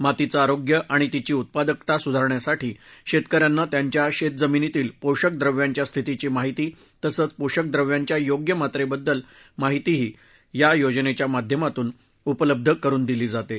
मातीचं आरोग्य आणि तिची उत्पादकता सुधारण्यासाठी शेतकऱ्यांना त्यांच्या शेतजमीनीतील पोषक द्रव्यांची स्थितीची माहिती तसंच पोषक द्रव्याच्या योग्य मात्रेबाबत माहितीही या योजनेच्या माध्यमातून उपलब्ध करुन दिली जाते